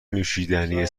نوشیدنی